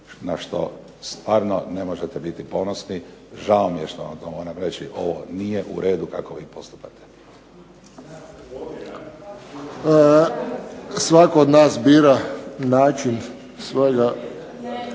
na što stvarno ne možete biti ponosni. Žao mi je što vam to moram reći ovo nije u redu kako vi postupate. **Friščić, Josip (HSS)**